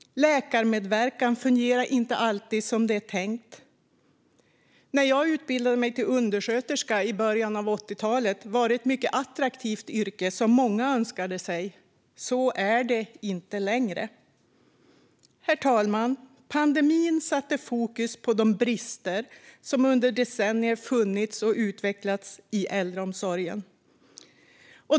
Läkarmedverkan fungerar inte alltid som det är tänkt. När jag utbildade mig till undersköterska i början av 80-talet var det ett mycket attraktivt yrke som många önskade sig. Så är det inte längre. Herr talman! Pandemin satte fokus på de brister som under decennier funnits och utvecklats i äldreomsorgen.